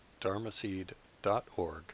dharmaseed.org